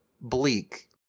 bleak